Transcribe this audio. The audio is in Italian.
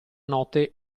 notte